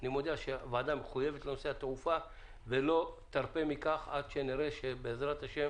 אני מודיע שהוועדה מחויבת לנושא התעופה ולא תרפה מכך עד שנראה בעזרת השם